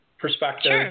perspective